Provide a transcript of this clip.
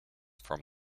from